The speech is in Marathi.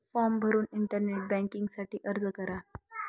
फॉर्म भरून इंटरनेट बँकिंग साठी अर्ज करा